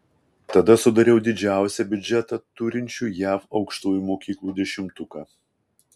tada sudariau didžiausią biudžetą turinčių jav aukštųjų mokyklų dešimtuką